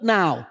now